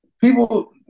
people –